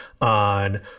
on